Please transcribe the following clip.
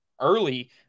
early